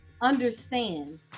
understand